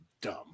dumb